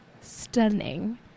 stunning